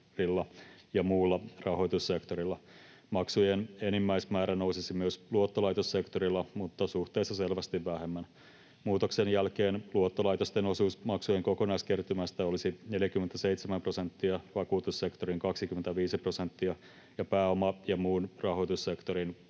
ja muulla rahoitussektorilla. Maksujen enimmäismäärä nousisi myös luottolaitossektorilla mutta suhteessa selvästi vähemmän. Muutoksen jälkeen luottolaitosten osuus maksujen kokonaiskertymästä olisi 47 prosenttia, vakuutussektorin 25 prosenttia ja pääoma- ja muun rahoitussektorin